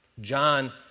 John